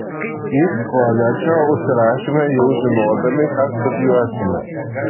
į koledžą užsirašėme jau žinodami ką studijuosime